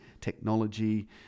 technology